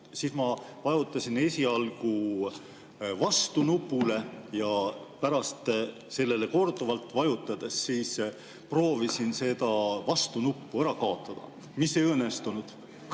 siis ma vajutasin esialgu "Vastu" nupule ja pärast sellele korduvalt vajutades proovisin seda "Vastu" nuppu ära kaotada, aga see ei õnnestunud. Kõik